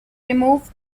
removed